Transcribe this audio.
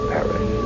Paris